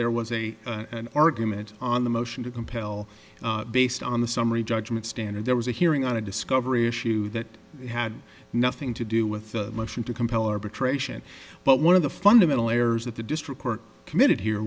there was a an argument on the motion to compel based on the summary judgment standard there was a hearing on a discovery issue that had nothing to do with the motion to compel arbitration but one of the fundamental errors that the district court committed here